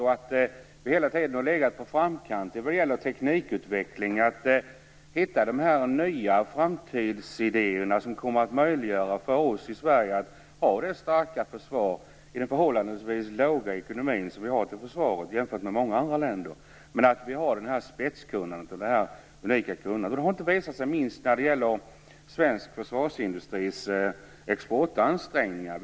Vi har hela tiden legat i framkant när det gäller teknikutveckling och när det gäller att hitta de nya framtidsidéer som möjliggör för oss i Sverige att ha ett förhållandevis starkt försvar; vi har ju en svag ekonomi i vårt försvar jämfört med många andra länder. Vi har det här spetskunnandet, detta unika kunnande. Det har inte minst visat sig när det gäller svensk försvarsindustris exportansträngningar.